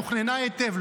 תוכננה היטב,